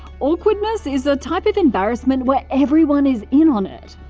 awkwardness is a type of embarrassment where everyone is in on it.